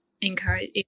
encourage